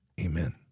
Amen